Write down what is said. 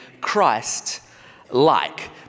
Christ-like